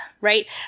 right